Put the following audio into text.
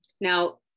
now